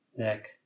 neck